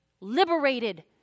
Liberated